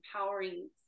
empowering